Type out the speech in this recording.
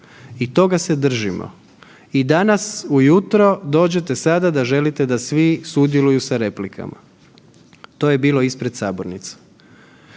i toga se držimo i danas ujutro dođete sada da želite da svi sudjeluju sa replikama. To je bilo ispred sabornice.